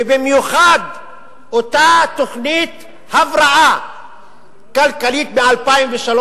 ובמיוחד אותה תוכנית הבראה כלכלית מ-2003,